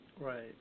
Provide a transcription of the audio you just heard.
Right